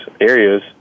areas